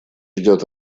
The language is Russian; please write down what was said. идет